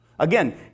Again